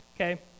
Okay